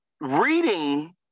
reading